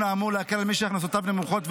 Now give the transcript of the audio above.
האמור להקל על מי שהכנסותיו נמוכות.